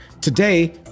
today